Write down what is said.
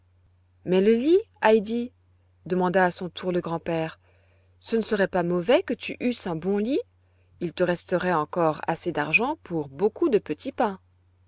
mais le lit heidi demanda à son tour le grand-père ce ne serait pas mauvais que tu eusses un bon lit il resterait encore assez d'argent pour beaucoup de petits pains